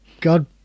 God